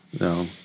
No